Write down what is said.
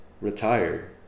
retired